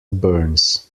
burns